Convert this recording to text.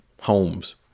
homes